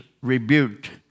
rebuked